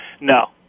no